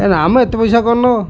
ଏ ନା ମ ଏତେ ପଇସା କ'ଣ ନବ